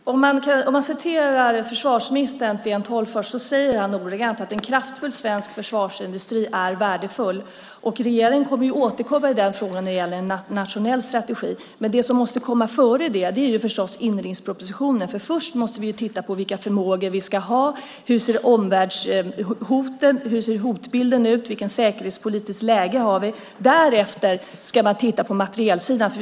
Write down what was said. Herr talman! Man kan citera försvarsminister Sten Tolgfors. Han säger ordagrant att en kraftfull svensk försvarsindustri är värdefull. Regeringen kommer ju att återkomma när det gäller en nationell strategi. Men det som måste komma före det är förstås inriktningspropositionen, för först måste vi titta på vilka förmågor vi ska ha, hur omvärldshoten ser ut, hur hotbilden ser ut och vilket säkerhetspolitiskt läge vi har. Därefter ska vi titta på materielsidan.